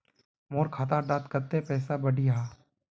मोर खाता डात कत्ते पैसा बढ़ियाहा?